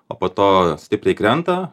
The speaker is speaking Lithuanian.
o po to stipriai krenta